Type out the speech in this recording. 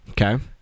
Okay